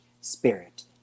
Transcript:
spirit